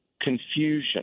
confusion